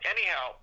Anyhow